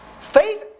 Faith